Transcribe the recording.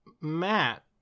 Matt